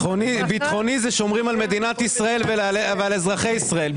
"ביטחוני" זה שומרים על מדינת ישראל ואזרחי ישראל.